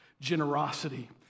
generosity